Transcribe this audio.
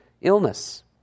illness